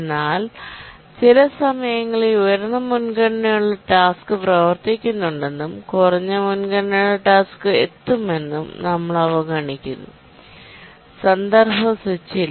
എന്നാൽ ചില സമയങ്ങളിൽ ഉയർന്ന മുൻഗണനയുള്ള ടാസ്ക് പ്രവർത്തിക്കുന്നുണ്ടെന്നും കുറഞ്ഞ മുൻഗണനയുള്ള ടാസ്ക് എത്തുമെന്നും നമ്മൾ അവഗണിക്കുന്നു കോണ്ടെസ്റ് സ്വിച്ച് ഇല്ല